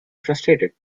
frustrated